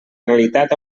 realitat